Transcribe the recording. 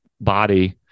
body